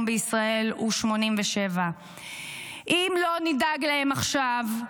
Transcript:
בישראל הוא 87. אם לא נדאג להם עכשיו,